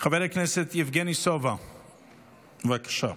חבר הכנסת יבגני סובה, בבקשה,